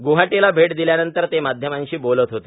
गुवाहाटीला भेट दिल्यानंतर ते माध्यमांशी बोलत होते